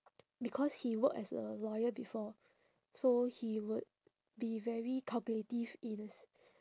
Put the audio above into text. because he worked as a lawyer before so he would be very calculative in a s~